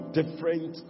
different